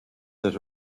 that